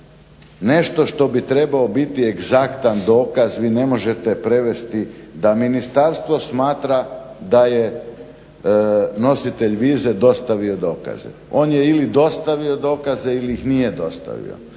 nešto što bi trebao biti egzaktan dokaz vi ne možete prevesti da ministarstvo smatra da je nositelj vize dostavio dokaz. On je ili dostavio dokaze ili ih nije dostavio.